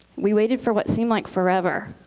we waited for what seemed like forever,